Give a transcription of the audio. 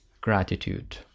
gratitude